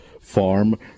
Farm